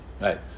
right